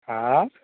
હા